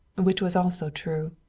which was also true.